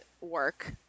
work